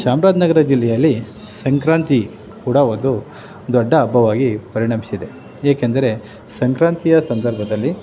ಚಾಮರಾಜನಗರ ಜಿಲ್ಲೆಯಲ್ಲಿ ಸಂಕ್ರಾತಿ ಕೂಡ ಒಂದು ದೊಡ್ಡ ಹಬ್ಬವಾಗಿ ಪರಿಣಮಿಸಿದೆ ಏಕೆಂದರೆ ಸಂಕ್ರಾತಿಯ ಸಂದರ್ಭದಲ್ಲಿ